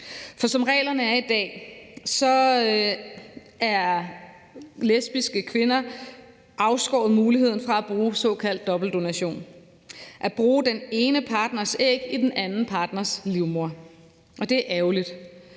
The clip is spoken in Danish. For som reglerne er i dag, er lesbiske kvinder afskåret muligheden for at bruge såkaldt dobbeltdonation, altså at bruge den ene partners æg i den anden partners livmor. Det er ærgerligt,